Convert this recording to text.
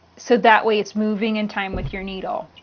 so that way, it's moving in time with your needle.